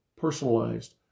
personalized